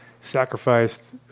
sacrificed